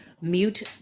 mute